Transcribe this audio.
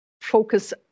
focus